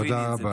תודה רבה.